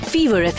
Fever